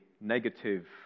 negative